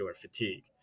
fatigue